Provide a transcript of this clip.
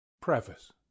Preface